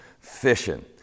Fishing